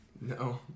No